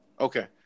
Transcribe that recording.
Okay